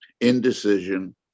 indecision